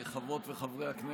חברות וחברי הכנסת,